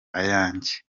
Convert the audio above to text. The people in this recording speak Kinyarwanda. ayanjye